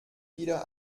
wieder